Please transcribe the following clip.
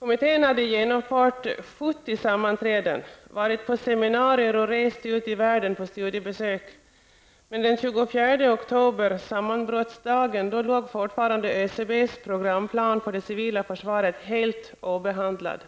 Kommittén hade genomfört 70 sammanträden och dess ledamöter hade rest ute i världen och gjort studiebesök, men den 24 oktober -- sammanbrottsdagen -- låg fortfarande ÖCBs programplan för det civila försvaret helt obehandlad.